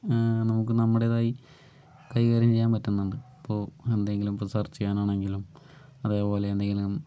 നമുക്ക് നമ്മുടേതായി കൈകാര്യം ചെയ്യാൻ പറ്റുന്നുണ്ട് ഇപ്പോൾ എന്തെങ്കിലുപ്പോ സെർച്ച് ചെയ്യാനാണെങ്കിലും അതേപോലെ എന്തെങ്കിലും